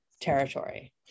territory